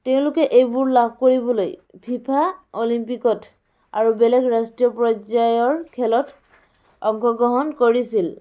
তেওঁলোকে এইবোৰ লাভ কৰিবলৈ ফিফা অলিম্পিকত আৰু বেলেগ ৰাষ্ট্ৰীয় পৰ্যায়ৰ খেলত অংশগ্ৰহণ কৰিছিল